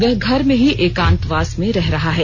वह घर में ही एकांतवास में रह रहा है